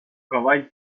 cavall